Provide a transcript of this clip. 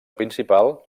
principal